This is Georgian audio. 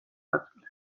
ნაწილი